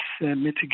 mitigation